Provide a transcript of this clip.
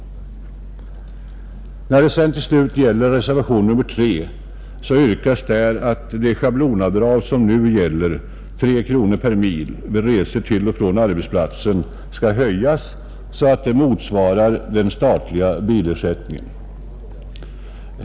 I reservationen 3 yrkas att det schablonavdrag som nu gäller — 3 kronor per mil — vid resor till och från arbetsplatsen skall höjas så att det motsvarar den statliga bilersättningen.